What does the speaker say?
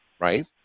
Right